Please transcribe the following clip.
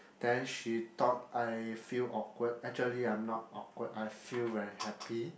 then she thought I feel awkward actually I'm not awkward I feel very happy